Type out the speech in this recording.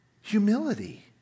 Humility